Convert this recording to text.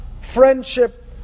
friendship